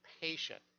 patient